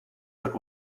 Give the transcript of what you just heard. but